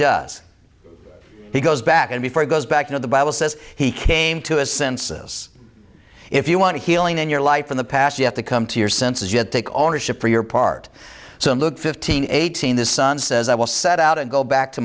does he goes back and before he goes back into the bible says he came to a census if you want healing in your life in the past you have to come to your senses yet take ownership for your part so look fifteen eighteen this son says i will set out and go back to